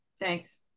thanks